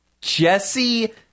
Jesse